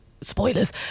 Spoilers